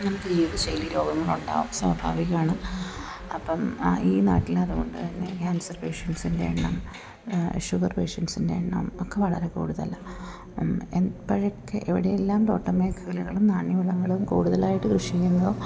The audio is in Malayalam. നമുക്ക് ജീവിതശൈലി രോഗങ്ങൾ ഉണ്ടാവും സ്വാഭാവികമാണ് അപ്പം ഈ നാട്ടിൽ അതുകൊണ്ട് തന്നെ ക്യാൻസർ പേഷ്യൻസിൻ്റെ എണ്ണം ഷുഗർ പേഷ്യൻസിൻ്റെ എണ്ണം ഒക്കെ വളരെ കൂടുതലാണ് എപ്പോഴൊക്കെ എവിടെ എല്ലാം തോട്ടം മേഖലകളും നാണ്യവിളകളും കൂടുതലായിട്ട് കൃഷി ചെയ്യുന്നോ